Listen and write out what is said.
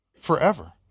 Forever